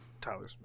Tyler